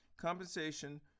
Compensation